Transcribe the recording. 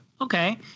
okay